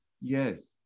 Yes